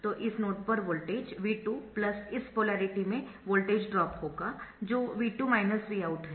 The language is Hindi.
तो इस नोड पर वोल्टेज V2 इस पोलेरिटी में वोल्टेज ड्रॉप होगा जो V2 Vout है